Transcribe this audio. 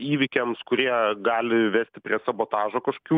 įvykiams kurie gali vesti prie sabotažo kaškių